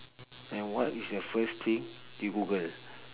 and what is the first thing you google